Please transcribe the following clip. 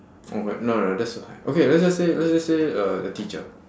oh right no no no that's too high okay let's just say let's just say uh a teacher